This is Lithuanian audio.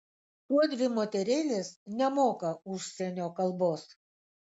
tuodvi moterėlės nemoka užsienio kalbos